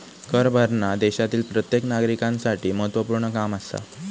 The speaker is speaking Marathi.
कर भरना देशातील प्रत्येक नागरिकांसाठी महत्वपूर्ण काम आसा